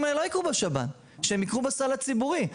האלה לא יקרו בשב"ן אלא בסל הציבורי.